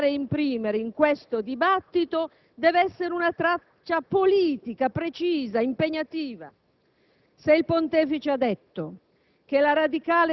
ma la traccia che dobbiamo indicare e imprimere in questo dibattito dev'essere una traccia politica precisa, impegnativa.